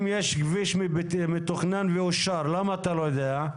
אם יש כביש מתוכנן ומאושר למה אתה לא יודע?